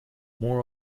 more